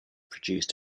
produced